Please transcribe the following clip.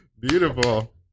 Beautiful